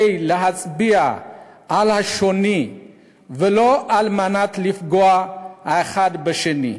להצביע על השוני ולא כדי לפגוע האחד בשני.